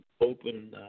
open –